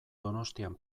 donostian